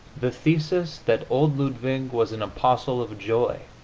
the thesis that old ludwig was an apostle of joy,